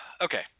Okay